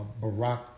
Barack